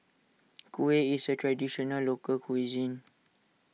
Kuih is a Traditional Local Cuisine